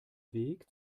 weg